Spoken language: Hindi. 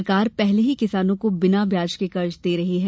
सरकार पहले ही किसानों को बिना ब्याज के कर्ज दे रही है